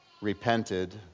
repented